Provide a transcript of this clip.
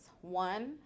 One